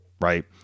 right